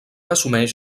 assumeix